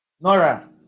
Nora